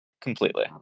completely